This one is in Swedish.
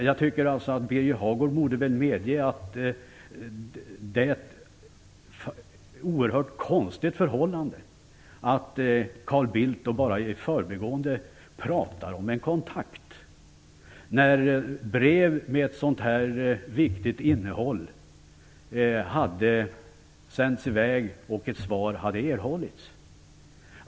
Jag tycker att Birger Hagård borde medge att det är ett oerhört konstigt förhållande att Carl Bildt då bara i förbigående talar om en kontakt, när brev med ett så här viktigt innehåll hade sänts i väg och ett svar hade erhållits.